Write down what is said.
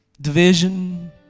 division